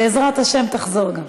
בעזרת השם גם תחזור.